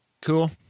Cool